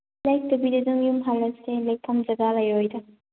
ꯂꯦꯛꯇꯕꯤꯗ ꯑꯗꯨꯝ ꯌꯨꯝ ꯍꯜꯂꯁꯦ ꯂꯩꯐꯝ ꯖꯒꯥ ꯂꯩꯔꯣꯏꯗ